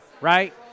right